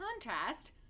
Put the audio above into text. contrast